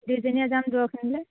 দুয়োজনীয়ে যাম দূৰৰখিনিলৈ